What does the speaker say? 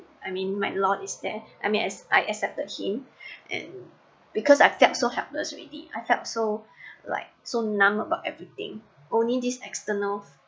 I mean my lord is there I mean I I accepted him and because I felt so helpless already I felt so like so numb about everything only this